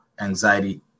anxiety